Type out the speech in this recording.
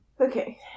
Okay